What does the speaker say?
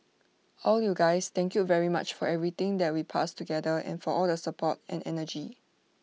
all you guys thank you very much for everything that we passed together and for all the support and energy